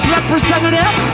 Representative